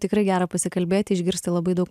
tikrai gera pasikalbėti išgirsti labai daug